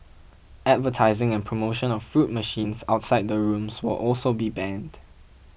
advertising and promotion of fruit machines outside the rooms will also be banned